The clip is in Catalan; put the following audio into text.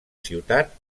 ciutat